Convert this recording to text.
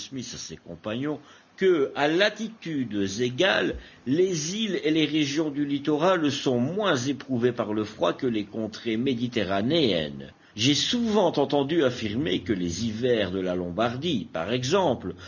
à ses compagnons que à latitudes égales les îles et les régions du littoral sont moins éprouvées par le froid que les contrées méditerranéennes j'ai souvent entendu affirmer que les hivers de la lombardie par exemple